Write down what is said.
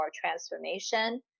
transformation